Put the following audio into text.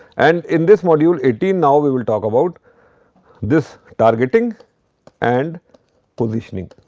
and, in this module eighteen, now we will talk about this targeting and positioning.